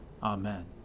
Amen